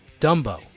Dumbo